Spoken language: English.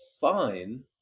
fine